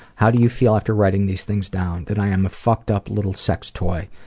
how do you feel after writing these things down? that i am a fucked up little sex toy.